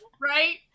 right